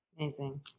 Amazing